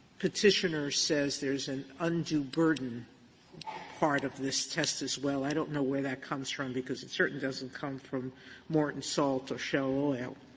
petitioner says there's an undue burden part of this test as well. i don't know where that comes from because it certainly doesn't come from morton salt or shell oil.